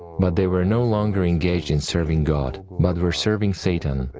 but they were no longer engaged in serving god, but were serving satan,